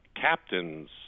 captains